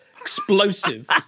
Explosive